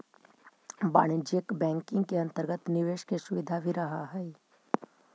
वाणिज्यिक बैंकिंग के अंतर्गत निवेश के सुविधा भी रहऽ हइ